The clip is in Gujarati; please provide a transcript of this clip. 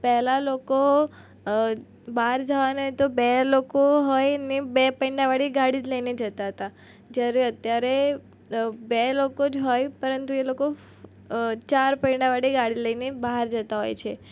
પહેલાં લોકો બહાર જવાનું હોય તો બે લોકો હોય ને બે પૈડાવાળી ગાડી જ લઈને જતા હતા જ્યારે અત્યારે બે લોકો જ હોય પરંતુ એ લોકો ચાર પૈડાવાળી ગાડી લઈને બહાર જતા હોય છે